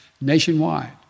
nationwide